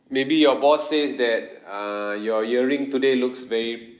maybe your boss says that uh your earring today looks very